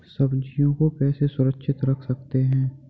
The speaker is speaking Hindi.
सब्जियों को कैसे सुरक्षित रख सकते हैं?